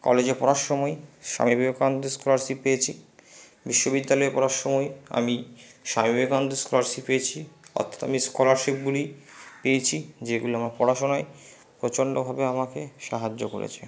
কলেজে পড়ার সময় স্বামী বিবেকানন্দ স্কলারশিপ পেয়েছি বিশ্ববিদ্যালয় পড়ার সময় আমি স্বামী বিবেকানন্দ স্কলারশিপ পেয়েছি অথ্যাত আমি স্কলারশিপগুলি পেয়েছি যেগুলো আমার পড়াশোনায় প্রচন্ডভাবে আমাকে সাহায্য করেছে